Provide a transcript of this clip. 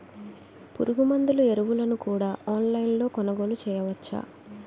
పురుగుమందులు ఎరువులను కూడా ఆన్లైన్ లొ కొనుగోలు చేయవచ్చా?